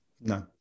no